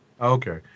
Okay